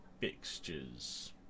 fixtures